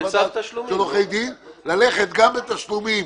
לתת לה ללכת גם בתשלומים,